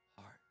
heart